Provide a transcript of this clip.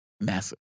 massive